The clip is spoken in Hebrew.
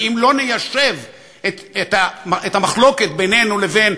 כי אם לא ניישב את המחלוקת בינינו לבין